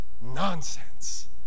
nonsense